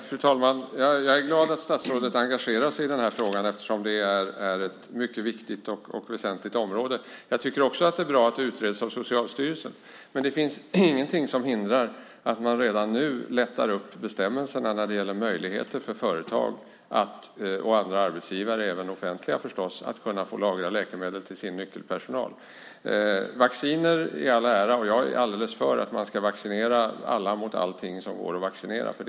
Fru talman! Jag är glad att statsrådet engagerar sig i den här frågan eftersom det är ett mycket viktigt område. Det är också bra att frågan utreds av Socialstyrelsen. Det finns dock ingenting som hindrar att man redan nu lättar upp bestämmelserna så att företag och andra arbetsgivare, även offentliga förstås, får möjlighet att lagra läkemedel till sin nyckelpersonal. Vacciner i all ära. Jag anser att man ska vaccinera alla mot allt som går att vaccinera mot.